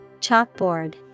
Chalkboard